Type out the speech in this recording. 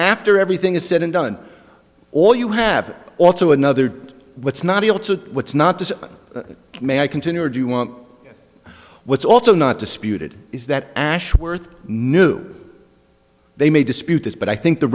after everything is said and done all you have also another what's not able to what's not to continue or do you want what's also not disputed is that ashworth knew they may dispute this but i think the